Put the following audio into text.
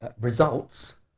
results